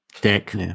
deck